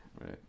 right